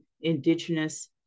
Indigenous